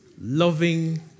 loving